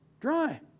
dry